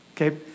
okay